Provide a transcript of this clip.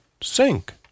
sink